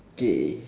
K